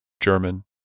German